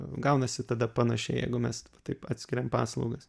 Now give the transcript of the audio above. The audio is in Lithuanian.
gaunasi tada panašiai jeigu mes taip atskiriam paslaugas